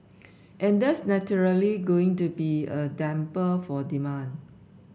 and that's naturally going to be a damper for demand